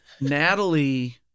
Natalie